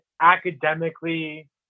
academically